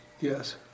Yes